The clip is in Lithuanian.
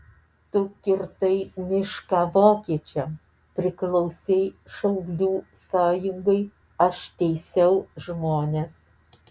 tu kirtai mišką vokiečiams priklausei šaulių sąjungai aš teisiau žmones